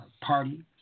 party